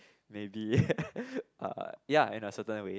maybe ya in a certain way